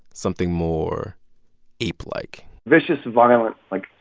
something more ape-like vicious, violent, like,